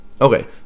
Okay